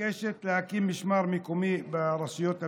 מבקשת להקים משמר מקומי ברשויות המקומיות,